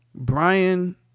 Brian